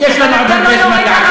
כי יש לנו עוד הרבה זמן להעביר.